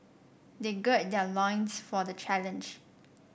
they gird their loins for the challenge